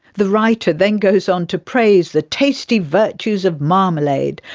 the writer then goes on to praise the tasty virtues of marmalade,